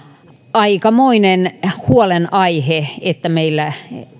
aikamoinen huolenaihe että meillä